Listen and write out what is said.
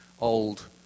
old